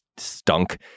stunk